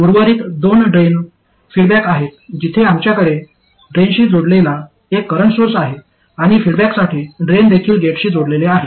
उर्वरित दोन drain feedback आहेत जिथे आमच्याकडे ड्रेनशी जोडलेला एक करंट सोर्स आहे आणि फीडबॅकसाठी ड्रेन देखील गेटशी जोडलेले आहे